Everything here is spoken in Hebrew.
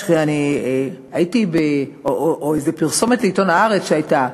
או איזה פרסומת לעיתון "הארץ" שהייתה,